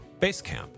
Basecamp